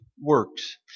works